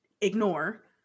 ignore